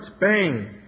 bang